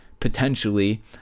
Potentially